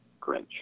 Grinch